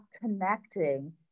connecting